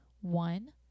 One